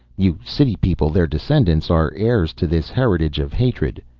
you city people, their descendants, are heirs to this heritage of hatred.